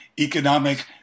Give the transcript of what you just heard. economic